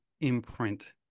imprint